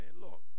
look